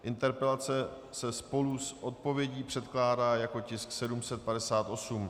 Interpelace se spolu s odpovědí předkládá jako tisk 758.